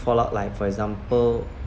fork out like for example